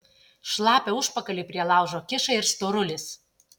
šlapią užpakalį prie laužo kiša ir storulis